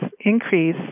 increase